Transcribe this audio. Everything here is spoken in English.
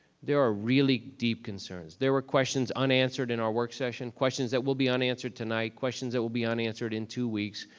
there are really deep concerns. there were questions unanswered in our work session, questions that will be unanswered tonight, questions that will be unanswered in two weeks.